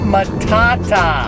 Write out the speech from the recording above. Matata